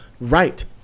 right